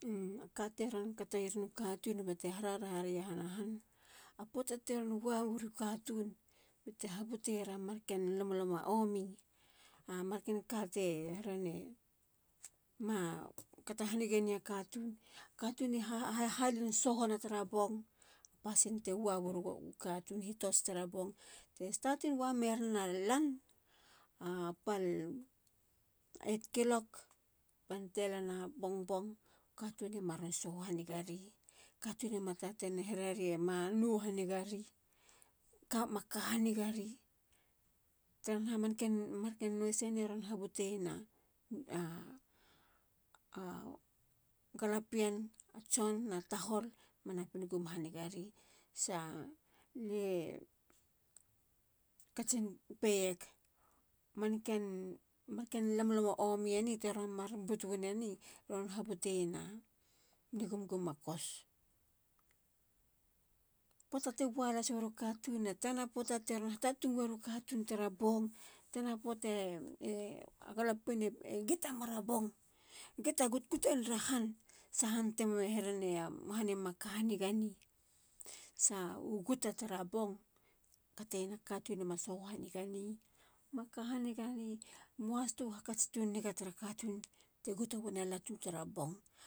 Kateron kateyeru katun bate hararahare yahana han. a poata teron waweyeru katun bate habuteyera manken lomlomo a omi, amanka te herene ma kato hanigeneya katun. Katun e halhalin sohona tara bong. pasin te wawiru katun. hitots tra bong. startin wamera lan pal 8 kilok bante lana bongbong. katun e maron soho hanigari. katun e ma taten hererie ma no hanigari. batema kahanigari. taraha marken eni e ron habute yena a galapien tson na tahol. manapingum hanigari. sa lie peyeg. manken lomlomo a omi eni teron mar butu wineni. ron habuteyena. nugumgum a kos. poata te was las riu katun na ta tana poata teron hitatung weru katun tara bong. tana poata galapien e geta mera bong. e geta gutguta nera han. sa hante herena. a han e makahanigane. maka hanigani. muahas tu hakats tu niga tara katun tegutu wina latu tara bong.